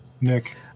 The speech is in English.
Nick